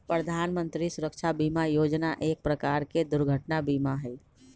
प्रधान मंत्री सुरक्षा बीमा योजना एक प्रकार के दुर्घटना बीमा हई